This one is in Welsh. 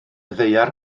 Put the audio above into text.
ddaear